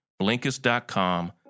blinkist.com